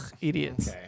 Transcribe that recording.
idiots